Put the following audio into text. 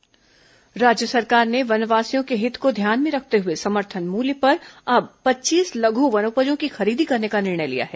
वनोपज खरीदी राज्य सरकार ने वनवासियों के हित को ध्यान में रखते हुए समर्थन मूल्य पर अब पच्चीस लघु वनोपजों की खरीदी करने का निर्णय लिया है